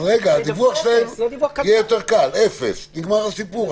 הדיווח שלהם יהיה יותר קל אפס, נגמר הסיפור.